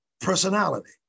personality